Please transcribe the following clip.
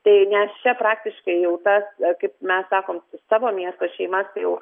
tai nes čia praktiškai jau tas kaip mes sakom savo miesto šeimas tai jau